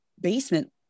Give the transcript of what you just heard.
basement